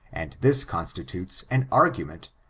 and this constitutes an argument,